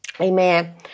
Amen